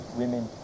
women